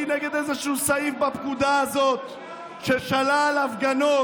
נגד איזשהו סעיף בפקודה הזאת ששלל הפגנות,